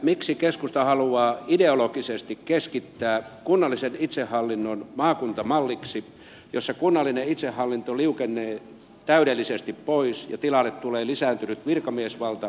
miksi keskusta haluaa ideologisesti keskittää kunnallisen itsehallinnon maakuntamalliksi jossa kunnallinen itsehallinto liukenee täydellisesti pois ja tilalle tulee lisääntynyt virkamiesvalta kansanvallan sijaan